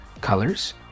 colors